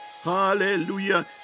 Hallelujah